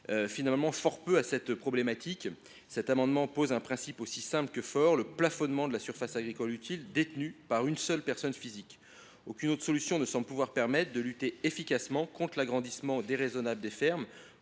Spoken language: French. loi répond fort peu à cette problématique. Cet amendement a pour objet de poser un principe aussi simple que fort : le plafonnement de la surface agricole utile détenue par une personne physique. Aucune autre solution ne permettra de lutter efficacement contre l’agrandissement déraisonnable des fermes,